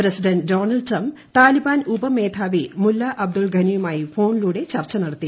president Donald Trump Taliban ഉപമേധാവി മുല്ല അബ്ദുൽഗനിയുമായി ഫോണിലൂടെ ചർച്ച നടത്തി